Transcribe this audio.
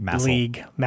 league